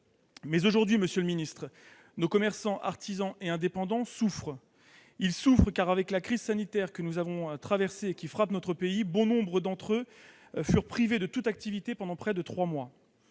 Mais aujourd'hui, monsieur le ministre, nos commerçants, artisans et indépendants souffrent. Ils souffrent car, du fait de la crise sanitaire qui frappe notre pays, bon nombre d'entre eux ont été privés de toute activité durant près de trois mois.